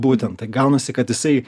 būtent tai gaunasi kad jisai